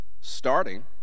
starting